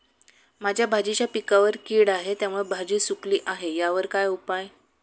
माझ्या भाजीच्या पिकावर कीड आहे त्यामुळे भाजी सुकली आहे यावर काय उपाय?